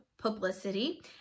publicity